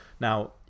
Now